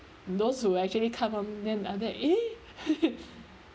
those who actually come from them and then eh